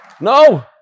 No